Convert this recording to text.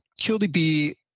QDB